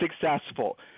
successful